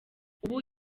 ubu